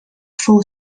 fou